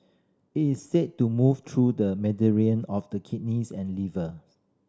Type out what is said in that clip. it is said to move through the of the kidneys and liver